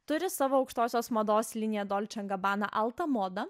turi savo aukštosios mados liniją dolče en gabana alta moda